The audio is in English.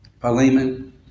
Philemon